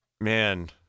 Man